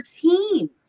teams